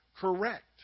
correct